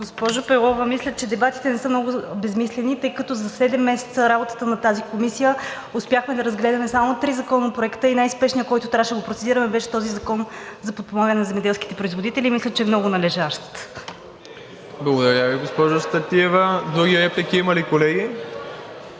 Госпожо Белова, мисля, че дебатите не са много безсмислени, тъй като за седем месеца работа на тази комисия успяхме да разгледаме само три законопроекта и най-спешният, който трябваше да го процедираме, беше този закон за подпомагане на земеделските производители и мисля, че е много належащ. ПРЕДСЕДАТЕЛ МИРОСЛАВ ИВАНОВ: Благодаря Ви, госпожо Стратиева. Други реплики има ли, колеги?